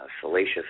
salacious